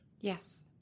Yes